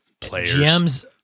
GMs